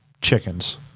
chickens